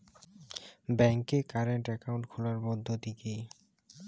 ব্যাংকে current account খোলার পদ্ধতি কি?